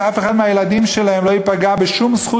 כי אף אחד מהילדים שלהם לא ייפגע בשום זכות